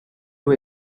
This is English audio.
too